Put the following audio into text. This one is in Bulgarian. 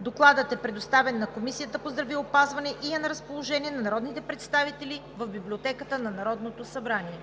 Докладът е предоставен на Комисията по здравеопазване и е на разположение на народните представители в Библиотеката на Народното събрание.